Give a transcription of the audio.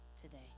today